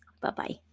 Bye-bye